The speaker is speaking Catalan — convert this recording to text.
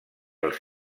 els